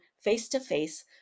face-to-face